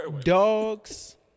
dogs